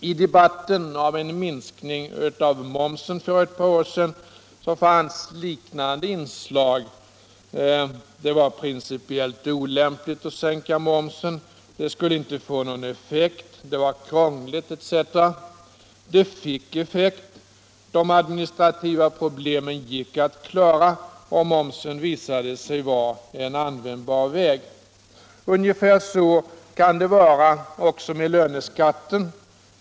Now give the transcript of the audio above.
I debatten om en minskning av momsen för ett par år sedan förekom liknande inslag. Det var principiellt olämpligt att sänka momsen. Det skulle inte få någon effekt. Det var krångligt, etc. Men det fick effekt. De administrativa problemen gick att klara. Momsen visade sig vara ett användbart instrument. Ungefär så kan det också vara med löneskatten.